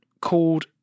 called